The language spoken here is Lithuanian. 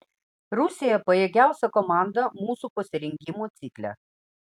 rusija pajėgiausia komanda mūsų pasirengimo cikle